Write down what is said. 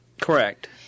Correct